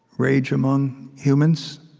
rage among humans,